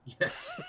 Yes